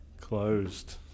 closed